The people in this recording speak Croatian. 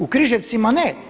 U Križevcima ne.